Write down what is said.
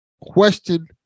question